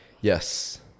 Yes